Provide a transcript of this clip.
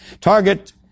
target